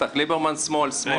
ליברמן שמאל, שמאל.